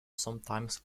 sometimes